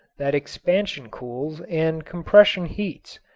that expansion cools and compression heats.